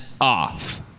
off